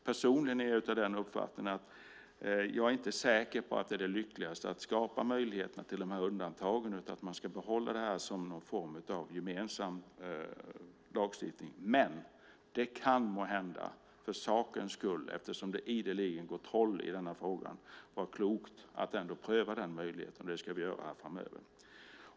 Personligen är jag av den uppfattningen att jag inte är säker på att det är det lyckligaste att skapa möjligheter till de här undantagen. Man ska nog behålla det här som någon form av gemensam lagstiftning. Men det kan måhända, för sakens skull, eftersom det ideligen går troll i denna fråga, vara klokt att ändå pröva den möjligheten, och det ska vi göra framöver.